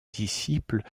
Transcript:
disciples